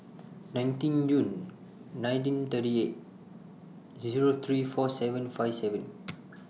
nineteen June nineteen thirty eight Zero three four seven five seven